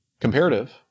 comparative